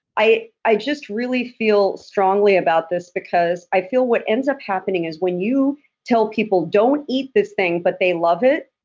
i i just really feel strongly about this because i feel what ends up happening is when you tell people, don't eat this thing, but they love it,